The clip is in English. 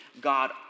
God